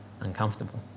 uncomfortable